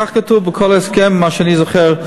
כך כתוב בכל הסכם מאז שאני זוכר,